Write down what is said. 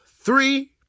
three